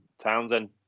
Townsend